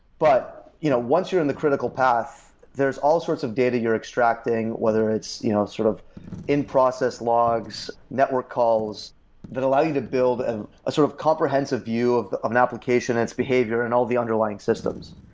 but you know once you're in the critical path, there's all sorts of data you're extracting, whether it's you know sort of in process logs, network calls that allow you to build and a sort of comprehensive view of of an application and its behavior and all the underlying systems.